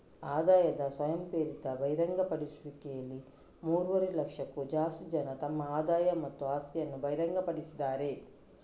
ಆದಾಯದ ಸ್ವಯಂಪ್ರೇರಿತ ಬಹಿರಂಗಪಡಿಸುವಿಕೆಯಲ್ಲಿ ಮೂರುವರೆ ಲಕ್ಷಕ್ಕೂ ಜಾಸ್ತಿ ಜನ ತಮ್ಮ ಆದಾಯ ಮತ್ತು ಆಸ್ತಿಯನ್ನ ಬಹಿರಂಗಪಡಿಸಿದ್ದಾರೆ